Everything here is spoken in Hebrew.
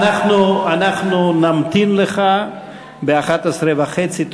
עד 11:30.